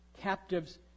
captives